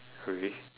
really